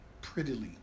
prettily